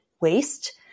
waste